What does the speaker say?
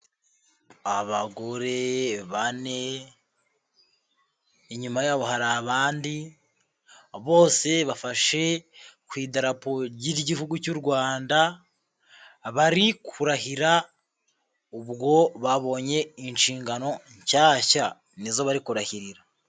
Abagore bane, inyuma yabo hari abandi, bose bafashe kura ry'Igihugu cy'u Rwanda bari kurahira, ubwo babonye inshingano nshyashya ni zo bari kurahirira.